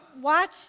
watch